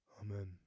Amen